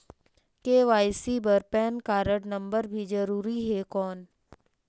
KYC बर PAN card number भी जरूरी हे कौन?